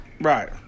Right